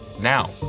now